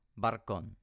Barcon